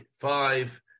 five